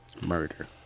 Murder